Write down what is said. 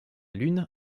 lune